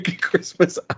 Christmas